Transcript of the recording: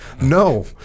No